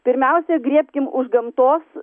pirmiausia griebkim už gamtos